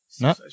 No